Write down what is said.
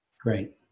Great